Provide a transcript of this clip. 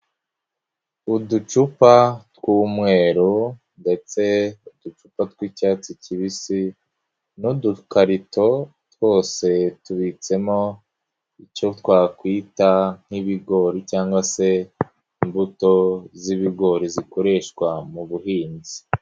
Uducupa tw'umweru ndetse uducupa tw'icyatsi kibisi n'udukarito twose tubitsemo icyo twakwita nk'ibigori cyangwa se imbuto z'ibigori zikoreshwa mu buhinzi.